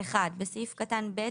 (1)בסעיף קטן (ב),